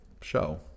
show